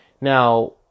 Now